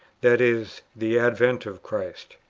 that is, the advent of christ.